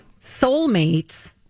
Soulmates